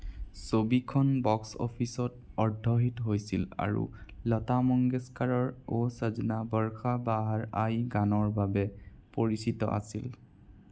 ছবিখন বক্স অফিচত অৰ্ধ হিট হৈছিল আৰু লতা মঙ্গেশকাৰৰ অ' ছজনা বৰ্ৰষা বাহৰ আই গানৰ বাবে পৰিচিত আছিল